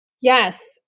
Yes